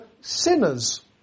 sinners